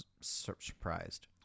surprised